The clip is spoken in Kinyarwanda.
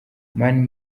mani